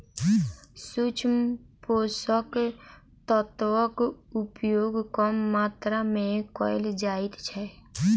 सूक्ष्म पोषक तत्वक उपयोग कम मात्रा मे कयल जाइत छै